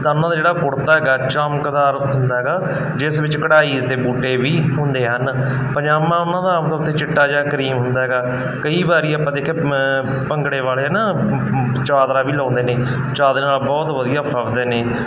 ਤਾਂ ਉਹਨਾਂ ਦਾ ਜਿਹੜਾ ਕੁੜਤਾ ਹੈਗਾ ਚਮਕਦਾਰ ਸੂਟ ਹੈਗਾ ਜਿਸ ਵਿੱਚ ਕਢਾਈ ਅਤੇ ਬੂਟੇ ਵੀ ਹੁੰਦੇ ਹਨ ਪਜ਼ਾਮਾ ਉਹਨਾਂ ਦਾ ਆਮ ਤੌਰ 'ਤੇ ਚਿੱਟਾ ਜਿਹਾ ਕਰੀਮ ਹੁੰਦਾ ਹੈਗਾ ਕਈ ਵਾਰੀ ਆਪਾਂ ਦੇਖਿਆ ਭੰਗੜੇ ਵਾਲੇ ਹੈਨਾ ਚਾਦਰਾ ਵੀ ਲਾਉਂਦੇ ਨੇ ਚਾਦਰੇ ਨਾਲ ਬਹੁਤ ਵਧੀਆ ਫੱਬਦੇ ਨੇ